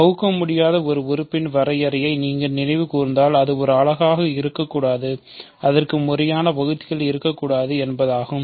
பகுக்கமுடியாத ஒரு உறுப்பின் வரையறையை நீங்கள் நினைவு கூர்ந்தால் அது ஒரு அலகாக இருக்கக்கூடாது அதற்கு முறையான வகுத்திகள் இருக்கக்கூடாது என்பதாகும்